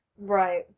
Right